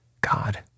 God